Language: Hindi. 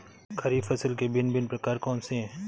खरीब फसल के भिन भिन प्रकार कौन से हैं?